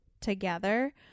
together